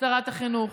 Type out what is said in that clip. שרת החינוך,